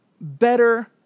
better